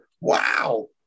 wow